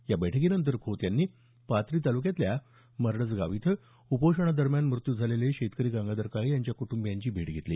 या बैठकीनंतर खोत यांनी पाथरी तालुक्यातल्या मरडसगाव इथं उपोषणादरम्यान मृत्यू झालेले शेतकरी गंगाधर काळे यांच्या कुटंबीयांची भेट घेतली